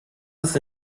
ist